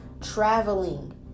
traveling